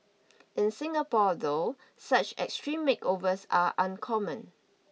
in Singapore though such extreme makeovers are uncommon